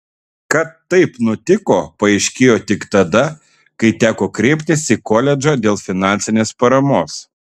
kad taip nutiko paaiškėjo tik tada kai teko kreiptis į koledžą dėl finansinės paramos